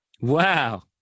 Wow